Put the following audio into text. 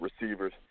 receivers